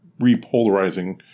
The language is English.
repolarizing